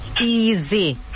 easy